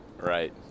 Right